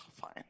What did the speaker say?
fine